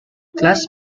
class